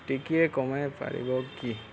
ଟିକିଏ କମାଇ ପାରିବ କି